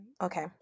Okay